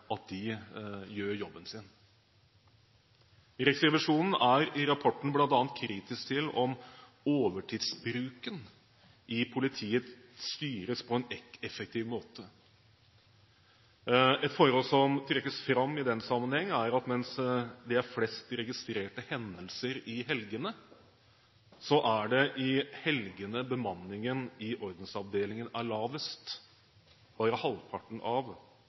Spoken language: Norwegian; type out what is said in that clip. at de gjør jobben sin. Riksrevisjonen er i rapporten bl.a. kritisk til om overtidsbruken i politiet styres på en effektiv måte. Et forhold som trekkes fram i den sammenheng, er at mens det er flest registrerte hendelser i helgene, er det i helgene bemanningen i ordensavdelingene er lavest, bare halvparten av